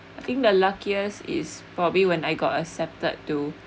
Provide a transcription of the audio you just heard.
I think the luckiest is probably when I got accepted to